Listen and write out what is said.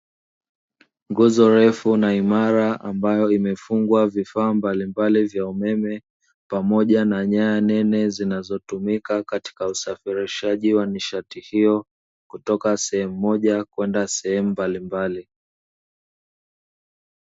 Nguzo refu na imara ambayo imefungwa vifaa mbalimbali vya umeme pamoja na nyaya nene, zinazotumika katika usafirishaji wa nishati hiyo kutoka sehemu moja kwenda sehemu mbalimbali.